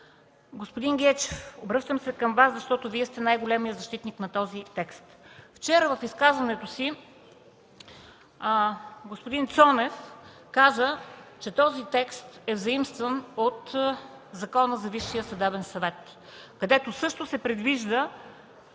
Господин Гечев, обръщам се към Вас, защото Вие сте най-големият защитник на този текст. Вчера в изказването си господин Цонев каза, че този текст е заимстван от Закона за Висшия съдебен съвет, където също се предвижда